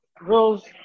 rules